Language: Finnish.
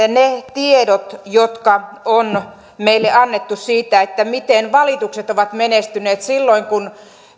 tiedot jotka on meille annettu siitä miten valitukset ovat menestyneet silloin kun